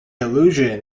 allusion